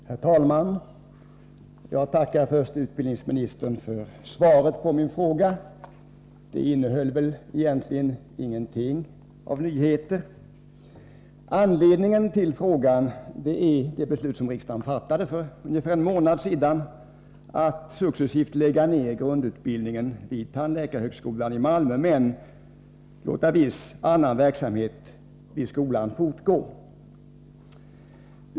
Herr talman! Jag tackar först utbildningsministern för svaret på min fråga. Det innehöll egentligen ingenting nytt. Anledningen till frågan är det beslut som riksdagen fattade för ungefär en månad sedan, att successivt lägga ned grundutbildningen vid tandläkarhögskolan i Malmö men låta viss annan verksamhet vid skolan fortgå.